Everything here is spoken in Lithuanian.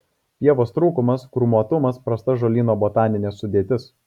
pievos trūkumas krūmuotumas prasta žolyno botaninė sudėtis